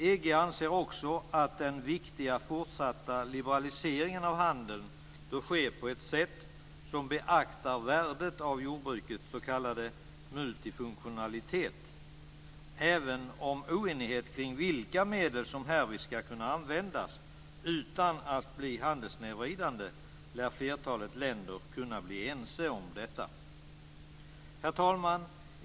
EG anser också att den viktiga fortsatta liberaliseringen av handeln bör ske på ett sätt som beaktar värdet av jordbrukets s.k. multifunktionalitet. Även vid oenighet kring vilka medel som härvid ska kunna användas, utan att bli handelssnedvridande, lär flertalet länder kunna bli ense om detta. Herr talman!